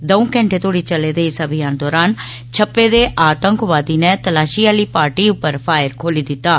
दर्ऊ घैंटे तोड़ी चले दे इस अमियान दरान छप्पे दे आतंकवादी नै तलाशी आली पार्टी उप्पर फायर खोली दित्ता